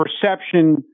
perception